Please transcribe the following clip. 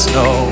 no